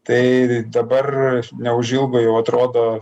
tai dabar neužilgo jau atrodo